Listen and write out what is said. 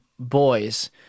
Boys